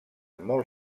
molt